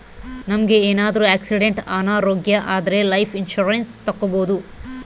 ನಮ್ಗೆ ಏನಾದ್ರೂ ಆಕ್ಸಿಡೆಂಟ್ ಅನಾರೋಗ್ಯ ಆದ್ರೆ ಲೈಫ್ ಇನ್ಸೂರೆನ್ಸ್ ತಕ್ಕೊಬೋದು